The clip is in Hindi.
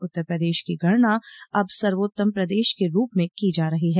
उत्तर प्रदेश की गणना अब सर्वोत्तम प्रदेश के रूप में की जा रही है